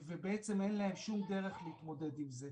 ובעצם אין להם שום דרך להתמודד עם זה.